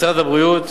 משרד הבריאות: